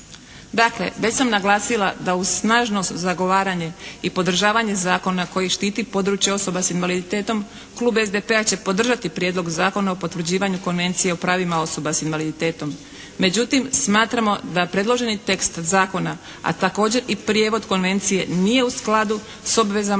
Dakle već sam naglasila da uz snažno zagovaranje i podržavanje zakona koji štiti područje osoba s invaliditetom Klub SDP-a će podržati Prijedlog zakona o potvrđivanju Konvencije o pravima osoba s invaliditetom. Međutim smatramo da predloženi tekst zakona, a također i prijevod Konvencije nije u skladu s obvezama